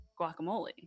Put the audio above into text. guacamole